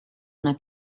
una